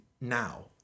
now